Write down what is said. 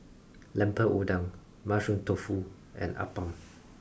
Lemper Udang mushroom tofu and Appam